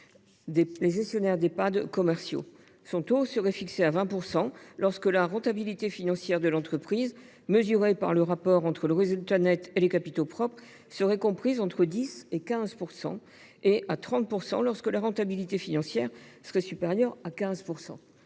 les gestionnaires d’Ehpad commerciaux. Son taux serait fixé à 20 % lorsque la rentabilité financière de l’entreprise, mesurée par le rapport entre le résultat net et les capitaux propres, est comprise entre 10 % et 15 %; il serait fixé à 30 % lorsque ladite rentabilité est supérieure à 15 %.